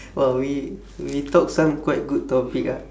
!wow! we we talk some quite good topic ah